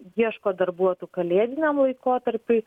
ieško darbuotų kalėdiniam laikotarpiui